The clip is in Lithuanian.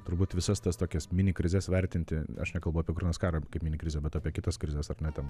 turbūt visas tas tokias mini krizes vertinti aš nekalbu apie karą kaip mini krizę bet apie kitas krizes ar ne ten